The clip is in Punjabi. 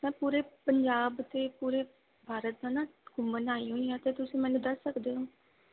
ਮੈਂ ਪੂਰੇ ਪੰਜਾਬ ਅਤੇ ਪੂਰੇ ਭਾਰਤ ਦਾ ਨਾ ਘੁੰਮਣ ਆਈ ਹੋਈ ਹਾਂ ਅਤੇ ਤੁਸੀਂ ਮੈਨੂੰ ਦੱਸ ਸਕਦੇ ਹੋ